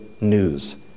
news